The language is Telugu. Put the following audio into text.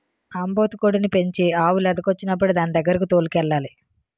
ఆంబోతు కోడిని పెంచి ఆవు లేదకొచ్చినప్పుడు దానిదగ్గరకి తోలుకెళ్లాలి